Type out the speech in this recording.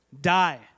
die